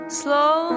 slow